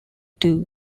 too